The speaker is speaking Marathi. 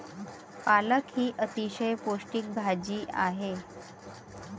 पालक ही अतिशय पौष्टिक भाजी आहे